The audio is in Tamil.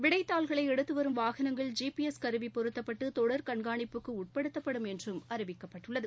விடைத்தாள்களை எடுத்து வரும் வாகனங்கள் ஜிபிஎஸ் கருவி பொருத்தப்பட்டு தொடர் கண்காணிப்புக்கு உட்படுத்தப்படும் என்றும் அறிவிக்கப்பட்டுள்ளது